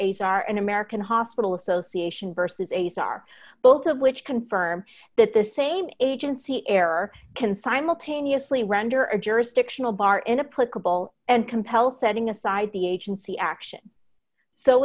a's are an american hospital association versus a star both of which confirm that the same agency error can simultaneously render a jurisdictional bar in a political and compel setting aside the agency action so